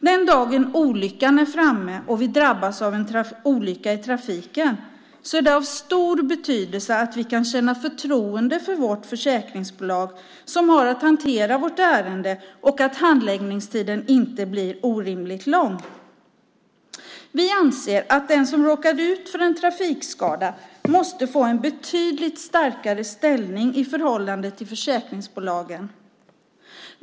Den dagen olyckan är framme och vi drabbas av en olycka i trafiken är det av stor betydelse att vi kan känna förtroende för det försäkringsbolag som har att hantera vårt ärende och att handläggningstiden inte blir orimligt lång. Vi anser att den som råkat ut för en trafikskada måste få en betydligt starkare ställning i förhållande till försäkringsbolagen.